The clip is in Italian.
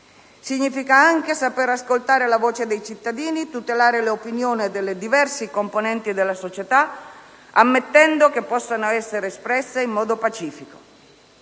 Significa anche sapere ascoltare la voce dei cittadini e tutelare le opinioni delle diverse componenti della società, ammettendo che possano essere espresse in modo pacifico.